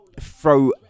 throw